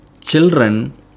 children